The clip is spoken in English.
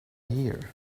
here